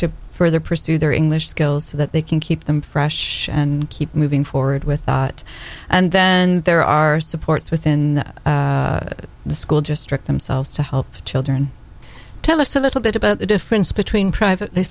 to further pursue their english skills so that they can keep them fresh and keep moving forward with it and then there are supports within the school district themselves to help children tell us a little bit about the difference between private